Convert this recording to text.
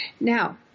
Now